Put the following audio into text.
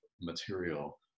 material